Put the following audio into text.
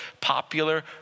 popular